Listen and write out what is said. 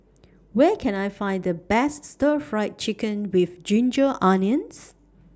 Where Can I Find The Best Stir Fry Chicken with Ginger Onions